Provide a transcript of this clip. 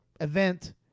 event